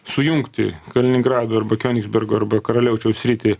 sujungti kaliningrado ir bakijonisbergo arba karaliaučiaus sritį